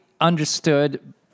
understood